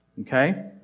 Okay